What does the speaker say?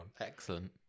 Excellent